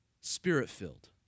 Spirit-filled